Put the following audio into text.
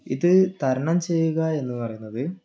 ഇത് തരണം ചെയ്യുക എന്ന് പറയുന്നത്